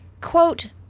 Quote